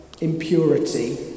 impurity